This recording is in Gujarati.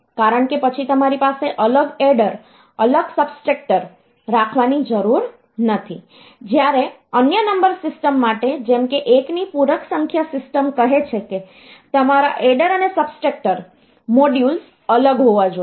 કારણ કે પછી તમારી પાસે અલગ એડર અલગ સબટ્રેક્ટર રાખવાની જરૂર નથી જ્યારે અન્ય નંબર સિસ્ટમ માટે જેમ કે 1 ની પૂરક સંખ્યા સિસ્ટમ કહે છે કે તમારા એડર અને સબટ્રેક્ટર મોડ્યુલ્સ અલગ હોવા જોઈએ